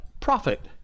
profit